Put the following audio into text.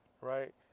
right